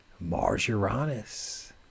Mars-Uranus